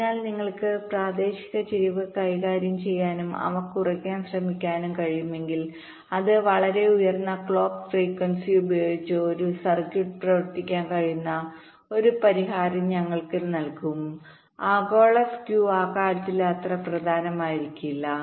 അതിനാൽ നിങ്ങൾക്ക് പ്രാദേശിക ചരിവ് കൈകാര്യം ചെയ്യാനും അവ കുറയ്ക്കാൻ ശ്രമിക്കാനും കഴിയുമെങ്കിൽ അത് വളരെ ഉയർന്ന ക്ലോക്ക് ഫ്രീക്വൻസിഉപയോഗിച്ച് ഒരു സർക്യൂട്ട് പ്രവർത്തിപ്പിക്കാൻ കഴിയുന്ന ഒരു പരിഹാരം ഞങ്ങൾക്ക് നൽകും ആഗോള സ്ക്യൂആ കാര്യത്തിൽ അത്ര പ്രധാനമായിരിക്കില്ല